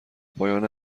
پایان